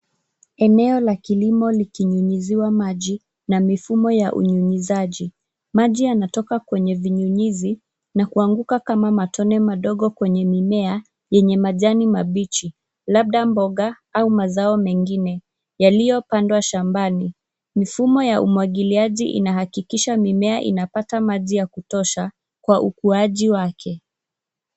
Eneo la kilimo likinyunyiziwa maji na mifumo ya unyunyizaji. Maji yanatoka kwenye vinyunyizi na kuanguka kama matone madogo kwenye mimea yenye majani mabichi, labda mboga au mazao mengine, yaliyopandwa shambani. Mifumo ya umwagiliaji inahakikisha mimea inapata maji ya kutosha kwa ukuaji wake.